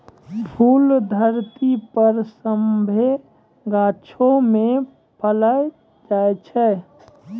फूल धरती पर सभ्भे गाछौ मे पैलो जाय छै